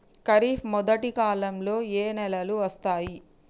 ఖరీఫ్ మొదటి కాలంలో ఏ నెలలు వస్తాయి?